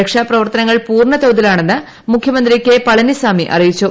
രക്ഷാപ്രവർത്തനങ്ങൾ പൂർണ്ണതോതിലാണെന്ന് മുഖ്യമന്ത്രി കെ പളനിസാമി അറിയിച്ചു